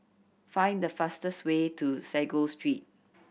find the fastest way to Sago Street